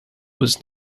was